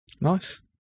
Nice